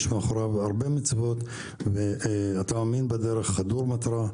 יש מאחוריו הרבה מצוות ואתה חדור מטרה.